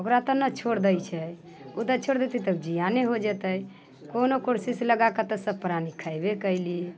ओकरा तऽ न छोड़ि दै छै ओ जँ छोड़ि देतै तऽ जियाने हो जेतै कोनो कोशिश लगाकर तऽ सभ प्राणी खयबे कयली